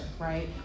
right